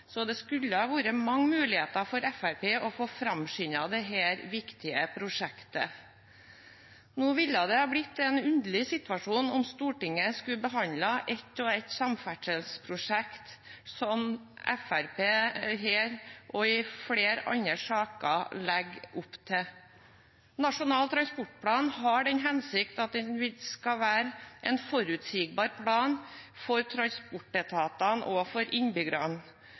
så det skulle vært mange muligheter for Fremskrittspartiet til å få framskyndet dette viktige prosjektet. Det hadde blitt en underlig situasjon om Stortinget skulle behandlet ett og ett samferdselsprosjekt, som Fremskrittspartiet her og i flere andre saker legger opp til. Nasjonal transportplan har den hensikt at den skal være en forutsigbar plan for transportetatene og innbyggerne